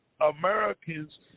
Americans